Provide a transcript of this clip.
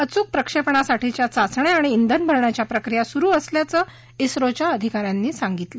अचूक प्रक्षेपणासाठीच्या चाचण्या आणि श्वेन भरण्याच्या प्रक्रिया सुरु असल्याचं ओच्या अधिका यांनी सांगितलं